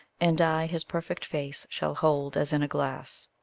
and i his perfect face shall hold as in a glass.